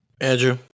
Andrew